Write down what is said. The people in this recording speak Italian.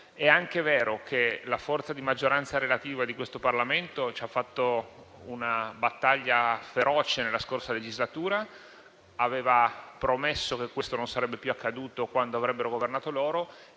è anche vero che la forza di maggioranza relativa di questo Parlamento ci ha fatto una battaglia feroce nella scorsa legislatura, promettendo che ciò non sarebbe più accaduto quando avrebbero governato loro